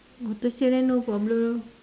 autosave then no problem lor